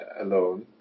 alone